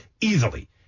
easily